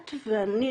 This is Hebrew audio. את ואני,